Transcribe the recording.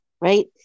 right